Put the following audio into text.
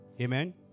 Amen